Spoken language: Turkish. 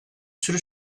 sürü